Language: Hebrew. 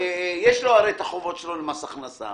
יש לו את החובות שלו למס הכנסה.